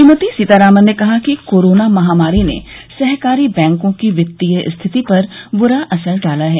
श्रीमती सीतारामन ने कहा कि कोरोना महामारी ने सहकारी बैंकों की वित्तीय स्थिति पर बुरा असर डाला है